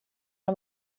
den